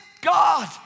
God